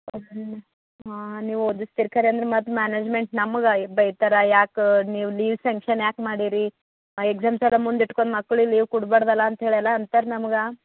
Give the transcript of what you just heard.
ಹಾಂ ಹಾಂ ನೀವು ಓದಿಸ್ತೀರಿ ಖರೇ ಅಂದ್ರೆ ಮತ್ತೆ ಮ್ಯಾನೇಜ್ಮೆಂಟ್ ನಮಗೆ ಬೈತಾರೆ ಯಾಕೆ ನೀವು ಲೀವ್ ಸ್ಯಾಂಕ್ಷನ್ ಯಾಕೆ ಮಾಡಿದ್ರಿ ಎಕ್ಸಾಮ್ಸ್ ಎಲ್ಲ ಮುಂದಿಟ್ಕೊಂಡು ಮಕ್ಳಿಗೆ ಲೀವ್ ಕೊಡ್ಬಾರದಲ ಅಂತ್ಹೇಳಿ ಎಲ್ಲ ಅಂತಾರೆ ನಮಗೆ